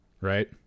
right